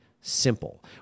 simple